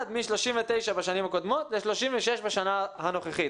מ-39% בשנים הקודמות ל-36% בשנה הנוכחית,